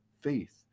faith